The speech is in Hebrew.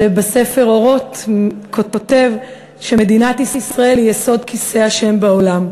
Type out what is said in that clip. שבספר "אורות" כותב שמדינת ישראל היא יסוד כיסא ה' בעולם,